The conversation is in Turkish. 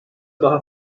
daha